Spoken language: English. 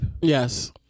Yes